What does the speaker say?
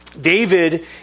David